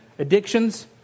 addictions